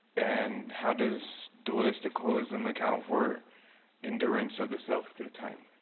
and how does dualistic holism account for endurance of the self through time.